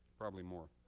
probably more.